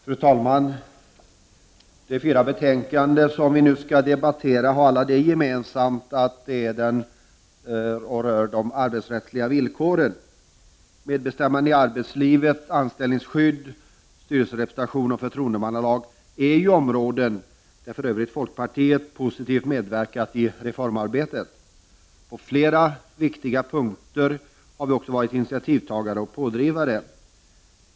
Fru talman! De fyra betänkanden som vi nu skall debattera har det gemensamt att de alla rör de arbetsrättsliga villkoren. Medbestämmande i arbetslivet, anställningsskydd, styrelserepresentation och förtroendemannalag är områden där folkpartiet positivt har medverkat i reformarbetet. På flera viktiga punkter har vi också varit initiativtagare och pådrivare.